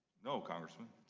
no, congressman.